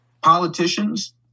Politicians